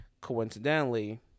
Coincidentally